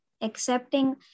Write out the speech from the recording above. accepting